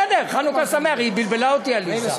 היא בלבלה אותי, עליזה.